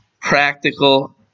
Practical